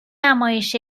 نمایش